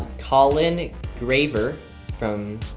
collin graver from